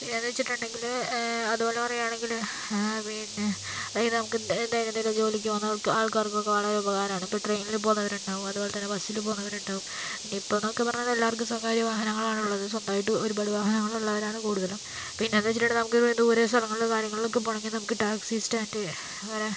പിന്നെ എന്ന് വെച്ചിട്ടുണ്ടെങ്കില് അതുപോലെ പറയുകയാണെങ്കില് പിന്നെ ഇത് നമുക്ക് എന്തേലും ജോലിക്ക് പോകുന്ന ആൾ ആൾക്കാർക്ക് ഒക്കെ വളരെ ഉപകാരമാണ് ഇപ്പം ട്രെയിനില് പോകുന്നവര് ഉണ്ടാകും അതേപോലെ തന്നെ ബസ്സില് പോകുന്നവര് ഉണ്ടാകും പിന്നെ ഇപ്പോഴെന്നൊക്കെ പറഞ്ഞാല് എല്ലാവർക്കും സ്വകാര്യ വാഹങ്ങളാണല്ലോ ഉള്ളത് സ്വന്തായിട്ട് ഒരുപാട് വാഹനങ്ങൾ ഉള്ളവരാണ് കൂടുതലും പിന്നെന്ന് വെച്ചിട്ടുണ്ടെങ്കില് നമുക്ക് ദൂരെ സ്ഥലങ്ങളില് കാര്യങ്ങളില് ഒക്കെ പോകണം എങ്കിൽ നമുക്ക് ടാക്സി സ്റ്റാൻഡ് അങ്ങനെ